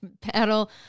paddle